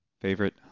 Favorite